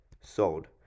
sold